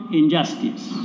injustice